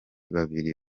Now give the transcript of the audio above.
babiri